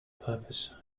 purpose